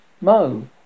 Mo